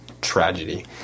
tragedy